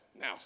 now